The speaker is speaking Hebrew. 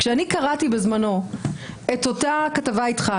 כשקראתי בזמנו את אותה כתבה איתך,